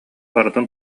барытын